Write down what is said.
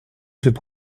cette